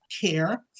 care